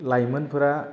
लाइमोनफोरा